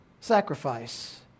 sacrifice